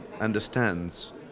understands